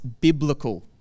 biblical